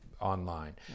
online